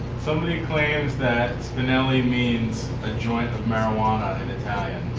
somebody claims that spinelli means a joint of marijuana in italian.